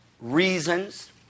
reasons